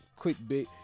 clickbait